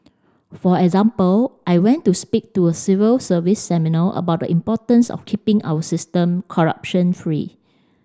for example I went to speak to a civil service seminal about the importance of keeping our system corruption free